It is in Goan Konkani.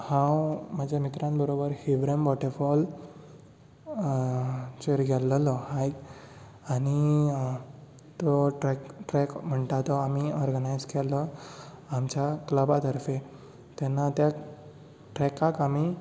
हांव म्हज्या मित्रां बरोबर हीवरेम वॉटरफॉल चेर गेल्लों आनी तो ट्रेक ट्रेक म्हणटा तो आमी ऑर्गनायज केल्लो आमच्या क्लबा तर्फे तेन्ना त्या ट्रेकाक आमी